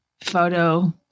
photo